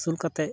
ᱟᱹᱥᱩᱞ ᱠᱟᱛᱮᱫ